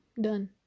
done